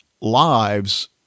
lives